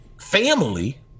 family